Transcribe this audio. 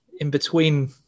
in-between